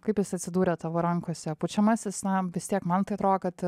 kaip jis atsidūrė tavo rankose pučiamasis na vis tiek man tai atrodo kad